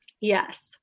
Yes